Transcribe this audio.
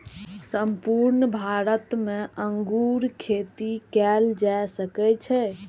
संपूर्ण भारत मे अंगूर खेती कैल जा सकै छै